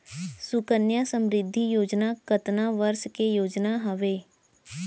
सुकन्या समृद्धि योजना कतना वर्ष के योजना हावे?